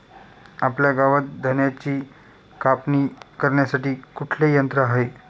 आपल्या गावात धन्याची कापणी करण्यासाठी कुठले यंत्र आहे?